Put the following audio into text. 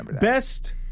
Best